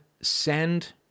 send